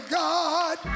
god